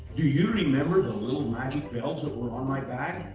do you remember the little magic bells that were on my bag?